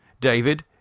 David